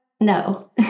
No